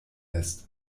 ist